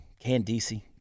Candice